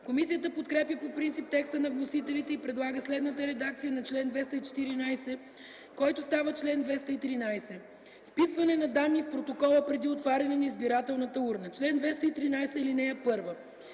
Комисията подкрепя по принцип текста на вносителите и предлага следната редакция на чл. 214, който става чл. 213: „Вписване на данни в протокола преди отваряне на избирателната урна Чл. 213. (1) Преди